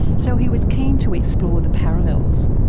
so he was keen to explore the parallels,